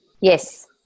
Yes